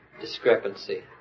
discrepancy